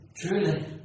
Truly